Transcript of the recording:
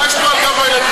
מה יש לו על גב הילדים?